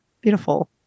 Beautiful